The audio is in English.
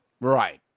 Right